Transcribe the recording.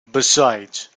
besides